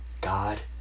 God